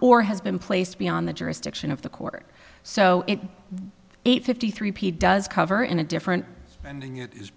or has been placed beyond the jurisdiction of the court so it eight fifty three p does cover in a different ending it is